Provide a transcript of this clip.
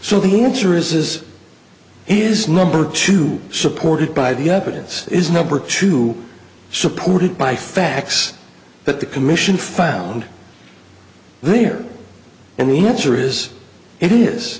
so the answer is is is number two supported by the evidence is number two supported by facts that the commission found there and the answer is it is